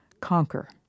conquer